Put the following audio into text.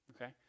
okay